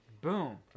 boom